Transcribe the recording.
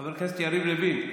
חבר הכנסת יריב לוין,